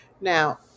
Now